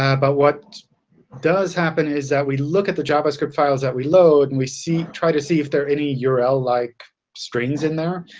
ah but what does happen is that we look at the javascript files that we load and we try to see if there are any yeah url-like strings in there.